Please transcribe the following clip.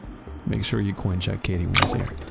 make sure you coin check katie when you see her